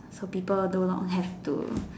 so people do not have to